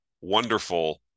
wonderful